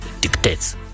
dictates